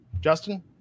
Justin